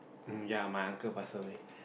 um ya my uncle pass away